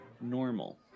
normal